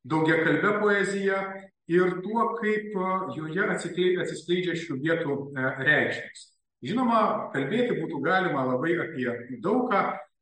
daugiakalbe poezija ir tuo kaip joje atsiskleidžia atsiskleidžia šių vietų reikšmės žinoma kalbėti būtų galima labai apie daug ką